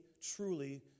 truly